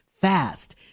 fast